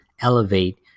elevate